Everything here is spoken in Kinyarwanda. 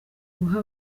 guha